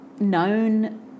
known